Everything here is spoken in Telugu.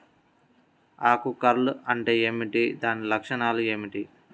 ఆకు కర్ల్ అంటే ఏమిటి? దాని లక్షణాలు ఏమిటి?